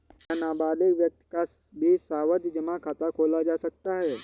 क्या नाबालिग व्यक्ति का भी सावधि जमा खाता खोला जा सकता है?